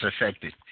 affected